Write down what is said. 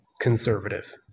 conservative